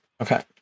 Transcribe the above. Okay